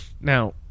Now